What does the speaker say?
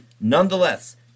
Nonetheless